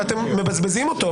ואתם מבזבזים אותו.